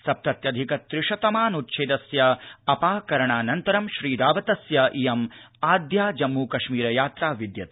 सप्तत्यधिक त्रिशततमान्च्छेदस्य अपाकरणानन्तरं श्री रावतस्य इयम् आद्या जम्मूकश्मीर यात्रा वर्तते